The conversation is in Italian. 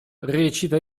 recita